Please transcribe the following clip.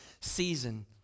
season